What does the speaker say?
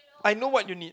I know what you need